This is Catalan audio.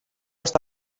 està